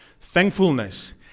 Thankfulness